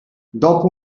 dopo